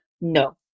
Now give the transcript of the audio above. no